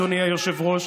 אדוני היושב-ראש,